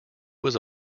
was